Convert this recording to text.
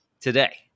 today